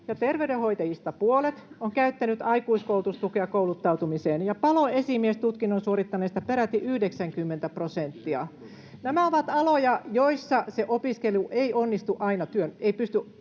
ja terveydenhoitajista puolet on käyttänyt aikuiskoulutustukea kouluttautumiseen ja paloesimiestutkinnon suorittaneista peräti 90 prosenttia. Nämä ovat aloja, joilla se opiskelu ei pysty